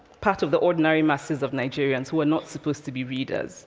part of the ordinary masses of nigerians, who were not supposed to be readers